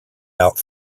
out